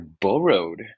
borrowed